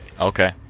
Okay